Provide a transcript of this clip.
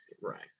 Right